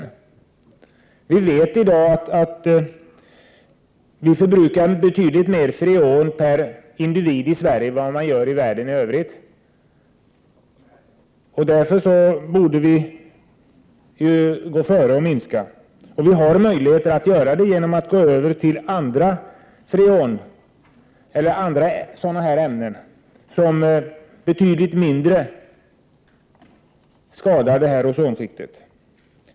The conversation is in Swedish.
I dag vet man att vi i Sverige förbrukar betydligt mer freon per individ än vad man gör i världen i övrigt. Därför borde Sverige gå före och minska användningen. Vi har också möjlighet att göra det genom att gå över till andra ämnen, som betydligt mindre skadar ozonskiktet.